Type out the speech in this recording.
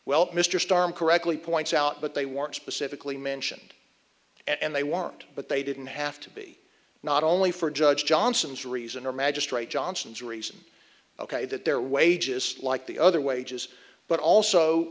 well mr starr and correctly points out but they weren't specifically mentioned and they want but they didn't have to be not only for judge johnson's reason or magistrate johnson's reason ok that their wages like the other wages but also